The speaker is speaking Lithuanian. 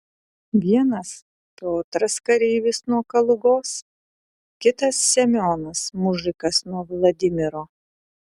vienas piotras kareivis nuo kalugos kitas semionas mužikas nuo vladimiro